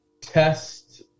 test